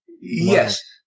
Yes